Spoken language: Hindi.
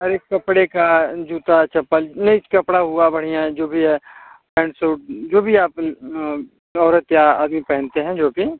अरे कपड़े का जूता चप्पल नहीं कपड़ा हुआ बढ़िया जो भी है पैंट सूट जो भी आप औरत या आदमी पहनते हैं जो की